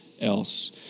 else